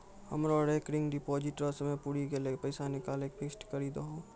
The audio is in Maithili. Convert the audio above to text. हमरो रेकरिंग डिपॉजिट रो समय पुरी गेलै पैसा निकालि के फिक्स्ड करी दहो